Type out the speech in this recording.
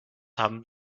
haben